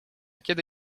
kiedy